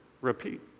repeat